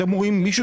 אתה רואה מישהו.